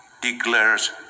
declares